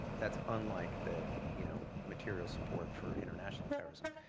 that's unlike the you know material support for international terrorism.